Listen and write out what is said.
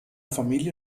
familie